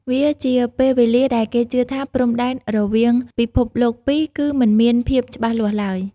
វាជាពេលវេលាដែលគេជឿថាព្រំដែនរវាងពិភពលោកពីរគឺមិនមានភាពច្បាស់លាស់ឡើយ។